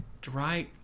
Dry